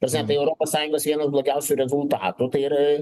ta prasme tai europos sąjungos vienas blogiausių rezultatų tai yra